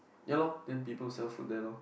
ya lor then people sell food there lor